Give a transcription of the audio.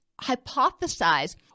hypothesize